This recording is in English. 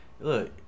Look